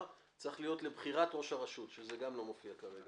להיות לבחירת ראש הרשות, שזה גם לא מופיע כרגע.